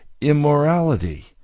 immorality